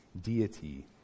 deity